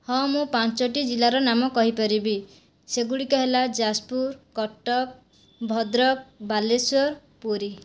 ହଁ ମୁଁ ପାଞ୍ଚଟି ଜିଲ୍ଲାର ନାମ କହିପାରିବି ସେଗୁଡ଼ିକ ହେଲା ଯାଜପୁର କଟକ ଭଦ୍ରକ ବାଲେଶ୍ଵର ପୁରୀ